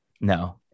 no